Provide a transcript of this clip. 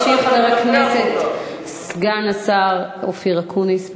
ישיב, חבר הכנסת סגן השר אופיר אקוניס.